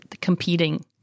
competing